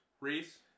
Reese